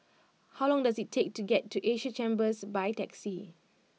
how long does it take to get to Asia Chambers by taxi